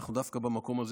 דווקא במקום הזה